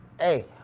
Hey